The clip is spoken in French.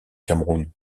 cameroun